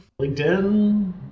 LinkedIn